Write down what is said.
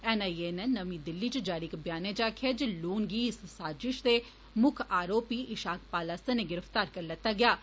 NIA नै नमीं दिल्ली च जारी इक ब्यानै च आक्खेआ ऐ जे लोन गी इस साजष दे मुक्ख अरोपी इषाक पाल्ला सने गिरफ्तार करी लैता गेआ ऐ